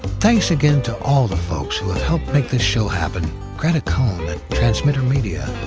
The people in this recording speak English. thanks again to all the folks who have helped make this show happen gretta cohn at transmitter media,